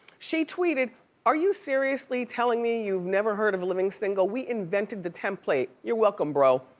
she tweeted are you seriously telling me you've never heard of living single? we invented the template. you're welcome, bro.